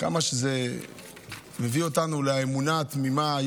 כמה שזה מביא אותנו לאמונה התמימה,